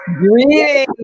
Greetings